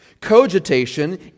Cogitation